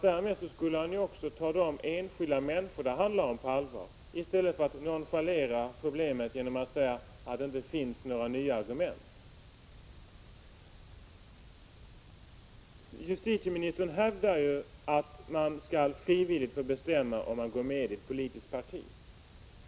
Därmed skulle han ju också ta de enskilda människor det handlar om på allvar i stället för att nonchalera problemet genom att säga att det inte finns några nya argument. Justitieministern hävdar ju att man skall frivilligt få bestämma om man vill gå med i ett politiskt parti.